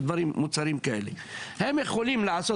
אם הם לא בבית, יניחו להם עם אזהרה בבית.